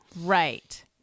Right